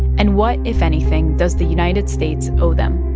and what, if anything, does the united states owe them?